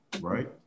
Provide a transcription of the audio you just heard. Right